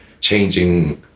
changing